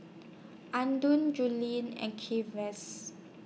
Andon Juli and Kenzie's